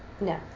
No